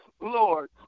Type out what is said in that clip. Lord